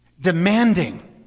demanding